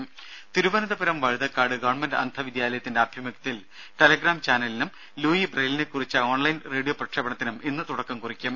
രുമ ഗവൺമെന്റ് തിരുവന്തപുരം വഴുതക്കാട് അന്ധവിദ്യാലയത്തിന്റെ ആഭിമുഖ്യത്തിൽ ടെലഗ്രാം ചാനലിനും ലൂയി ബ്രെയിലിനെക്കുറിച്ച് ഓൺലൈൻ റേഡിയോ പ്രക്ഷേപണത്തിനും ഇന്ന് തുടക്കം കുറിയ്ക്കും